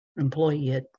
employee